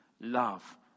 love